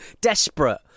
desperate